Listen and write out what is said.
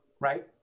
right